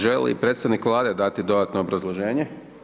Želi li predstavnik Vlade dati dodatno obrazloženje?